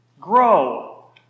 Grow